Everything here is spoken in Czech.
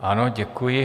Ano, děkuji.